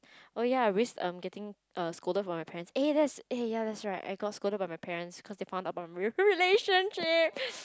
oh ya risk um getting err scolded from my parents eh that's eh ya that's right I got scolded by my parents cause they found out about relationship